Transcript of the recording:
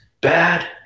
bad